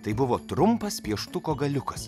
tai buvo trumpas pieštuko galiukas